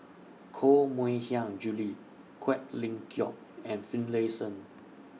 Koh Mui Hiang Julie Quek Ling Kiong and Finlayson